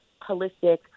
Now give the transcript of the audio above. holistic